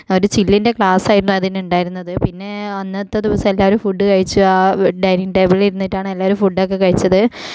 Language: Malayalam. ഒരു ചില്ലിൻ്റെ ഗ്ലാസ്സായിരുന്നു അതിനുണ്ടായിരുന്നത് പിന്നെ അന്നത്തെ ദിവസം എല്ലാവരും ഫുഡ് കഴിച്ചു ആ ഡൈനിങ്ങ് ടേബിളിൽ ഇരുന്നിട്ടാണ് എല്ലാവരും ഫുഡൊക്കെ കഴിച്ചത്